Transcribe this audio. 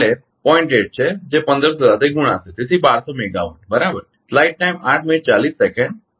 8 છે જે 1500 સાથે ગુણાશે તેથી 1200 મેગાવાટ બરાબર